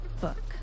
book